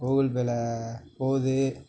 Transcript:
கூகிள்பேயில் போகுது